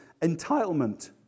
entitlement